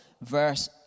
verse